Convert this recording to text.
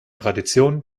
tradition